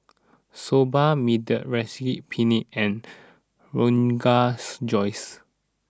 Soba Mediterranean Penne and Rogan Josh